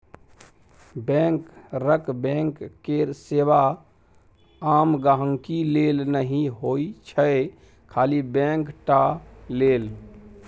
बैंकरक बैंक केर सेबा आम गांहिकी लेल नहि होइ छै खाली बैंक टा लेल